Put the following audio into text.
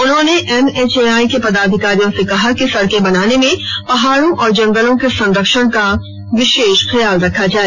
उन्होंने एनएचएआई के पदाधिकारियों से कहा कि सड़कें बनाने में पहाड़ों और जंगलों के संरक्षण का विशेष ख्याल रखा जाए